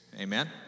Amen